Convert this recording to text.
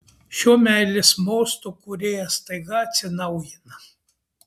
šiuo meilės mostu kūrėjas staiga atsinaujina